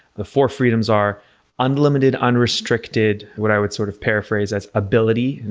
the four freedoms are unlimited, unrestricted, what i would sort of paraphrase as ability. and